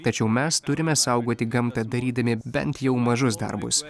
tačiau mes turime saugoti gamtą darydami bent jau mažus darbus